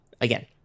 again